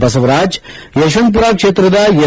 ಬಸವರಾಜ ಯಶವಂತಪುರ ಕ್ಷೇತ್ರದ ಎಸ್